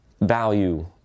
value